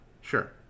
Sure